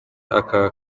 aka